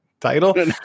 title